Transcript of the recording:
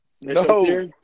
No